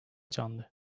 canlı